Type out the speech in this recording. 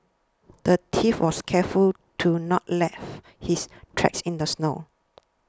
the thief was careful to not left his tracks in the snow